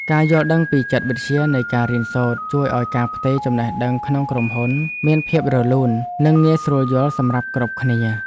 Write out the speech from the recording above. ការយល់ដឹងពីចិត្តវិទ្យានៃការរៀនសូត្រ ជួយឱ្យការផ្ទេរចំណេះដឹងក្នុងក្រុមហ៊ុនមានភាពរលូននិងងាយស្រួលយល់សម្រាប់គ្រប់គ្នា។